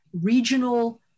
regional